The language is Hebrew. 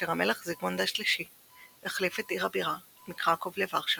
כאשר המלך זיגמונד ה-3 החליף את עיר הבירה מקרקוב לוורשה